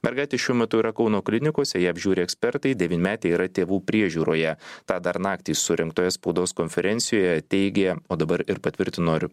mergaitė šiuo metu yra kauno klinikose ją apžiūri ekspertai devynmetė yra tėvų priežiūroje tą dar naktį surengtoje spaudos konferencijoje teigė o dabar ir patvirtino riu